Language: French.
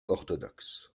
orthodoxe